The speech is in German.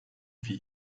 wie